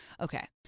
okay